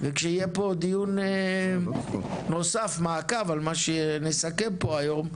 וכשיהיה דיון נוסף, מעקב על מה שנסכם פה היום,